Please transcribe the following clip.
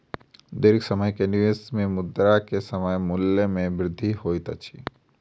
दीर्घ समय के निवेश में मुद्रा के समय मूल्य में वृद्धि होइत अछि